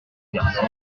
garçon